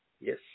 Yes